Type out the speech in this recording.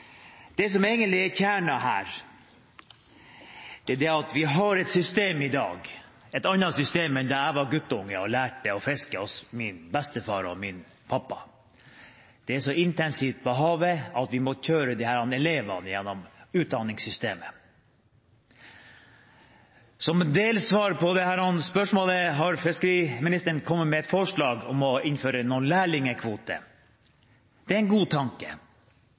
her, er at vi i dag har et annet system enn da jeg var guttunge og lærte å fiske av min bestefar og min pappa. Det er så intensivt på havet at vi må kjøre disse elevene gjennom utdanningssystemet. Som delsvar på disse spørsmålene har fiskeriministeren kommet med et forslag om å innføre noen lærlingkvoter. Det er en god tanke,